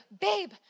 babe